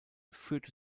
führte